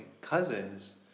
cousins